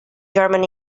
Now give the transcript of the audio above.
german